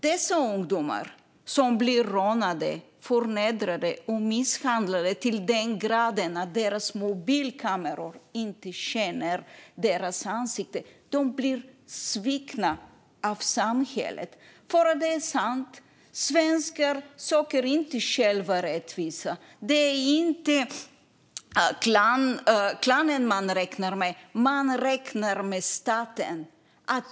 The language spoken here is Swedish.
Dessa ungdomar, som blir rånade, förnedrade och misshandlade till den grad att deras mobilkameror inte känner igen deras ansikte, blir svikna av samhället. För det är sant att svenskar inte själva söker rättvisa. Det är inte klanen man räknar med; man räknar med staten.